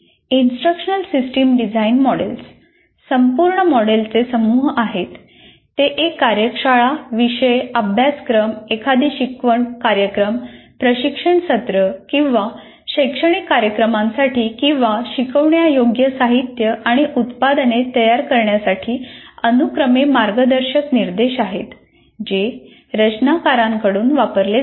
instructional system design models संपूर्ण मॉडेलचे समूह आहेत ते एक कार्यशाळा विषय अभ्यासक्रम एखादी शिकवण कार्यक्रम प्रशिक्षण सत्र किंवा शैक्षणिक कार्यक्रमांसाठी किंवा शिकवण्यायोग्य साहित्य आणि उत्पादने तयार करण्यासाठी अनुक्रमे मार्गदर्शक निर्देश आहेत जे रचनाकारांकडून वापरले जातात